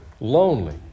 lonely